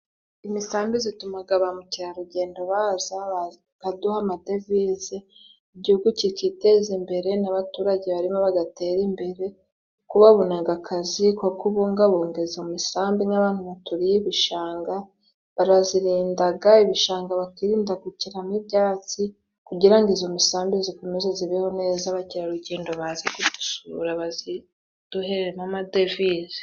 Imisambi zitumaga ba mukerarugendo baza bakaduha amadevize, igihugu kikiteza imbere n'abaturage barimo bagatera imbere kuko babonaga akazi ko kubungabunga izo misambi n'abandi baturiye ibishanga barazirindaga. Ibishanga bakirinda gukeramo ibyatsi, kugira ngo izo misambi zikomeze zibeho neza abakerarugendo baza kuzisura baziduhere n'amadevize.